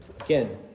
Again